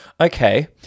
Okay